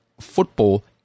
football